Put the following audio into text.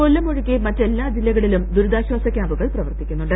കൊല്ലം ഒഴികെ മറ്റെല്ലാ ജില്ലകളിലും ദുരിതാശ്വാസക്യാംപുകൾ പ്രവർത്തിക്കുന്നുണ്ട്